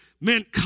meant